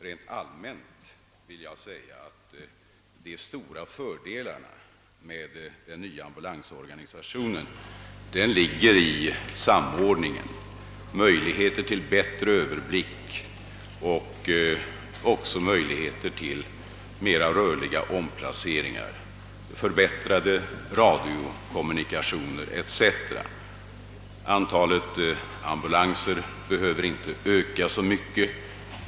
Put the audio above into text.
Rent allmänt vill jag säga, att de stora fördelarna med den nya ambulansorganisationen ligger i samordningen, möjligheten till bättre överblick och mera rörliga omplaceringar, förbättrade radiokommunikationer etc. Antalet ambulanser behöver inte öka så mycket.